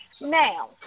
Now